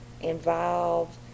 involved